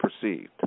perceived